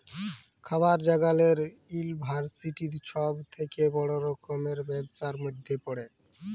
খাবার জাগালের ইলডাসটিরি ছব থ্যাকে বড় রকমের ব্যবসার ম্যধে পড়ে